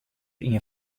ien